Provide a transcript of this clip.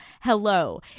Hello